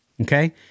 okay